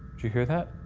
you hear that?